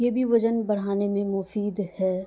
یہ بھی وزن بڑھانے میں مفید ہے